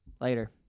Later